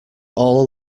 all